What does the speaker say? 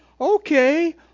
Okay